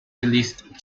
released